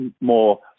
more